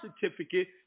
certificate